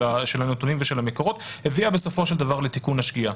הנתונים והמקורות הביאה בסופו של דבר לתיקון השגיאה.